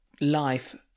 life